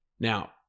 Now